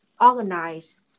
organize